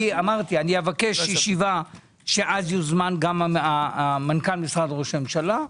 אבקש ישיבה שאז יוזמן גם מנכ"ל ראש הממשלה,